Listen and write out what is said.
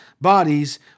bodies